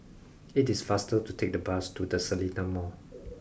it is faster to take the bus to the Seletar Mall